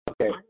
Okay